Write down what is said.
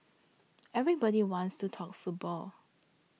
everybody wants to talk football